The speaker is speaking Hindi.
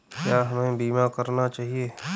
क्या हमें बीमा करना चाहिए?